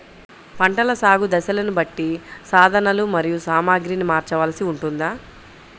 పంటల సాగు దశలను బట్టి సాధనలు మరియు సామాగ్రిని మార్చవలసి ఉంటుందా?